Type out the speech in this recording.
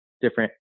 different